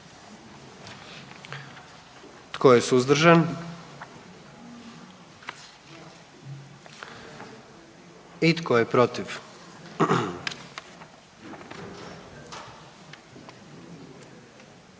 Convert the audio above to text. Tko je suzdržan? I tko je protiv?